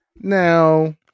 Now